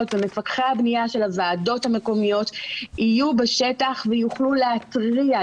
ומפקחי הבנייה של הוועדות המקומיות יהיו בשטח ויוכלו להתריע,